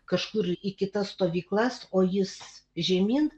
kažkur į kitas stovyklas o jis žemyn